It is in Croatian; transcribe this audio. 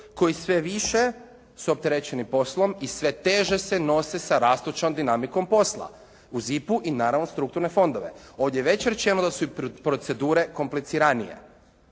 koji sve više su opterećeni poslom i sve teže se nose sa rastućom dinamikom posla u ZIP-u i naravno strukturne fondove … da su i procedure kompliciranije